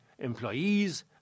employees